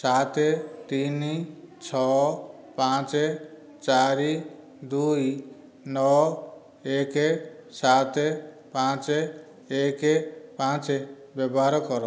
ସାତ ତିନି ଛଅ ପାଞ୍ଚ ଚାରି ଦୁଇ ନଅ ଏକ ସାତ ପାଞ୍ଚ ଏକ ପାଞ୍ଚ ବ୍ୟବହାର କର